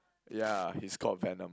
yeah he's called venom